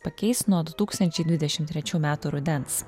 pakeis nuo du tūkstančiai dvidešim trečių metų rudens